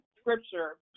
scripture